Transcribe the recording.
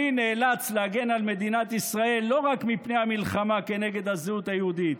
אני נאלץ להגן על מדינת ישראל לא רק מפני המלחמה כנגד הזהות היהודית,